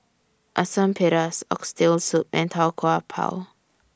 Asam Pedas Oxtail Soup and Tau Kwa Pau